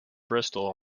bristol